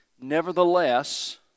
Nevertheless